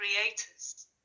creators